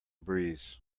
breeze